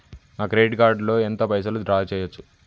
నా credit card లో ఎంత పైసల్ డ్రా చేయచ్చు?